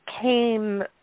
came